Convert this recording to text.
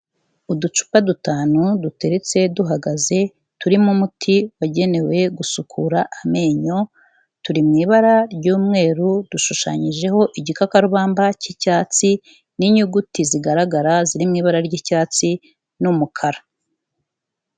Uducupa dutanu duteretse duhagaze turimo umuti wagenewe gusukura amenyo, turi mu ibara ry'umweru dushushanyijeho igikakarubamba cy'icyatsi n'inyuguti zigaragara ziri mu ibara ry'icyatsi n'umukara.